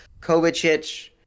Kovacic